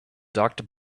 doctor